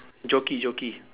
jockey jockey